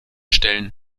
stellen